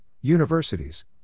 Universities